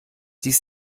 dies